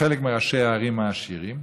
חלק מראשי הערים העשירות,